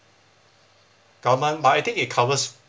government but I think it covers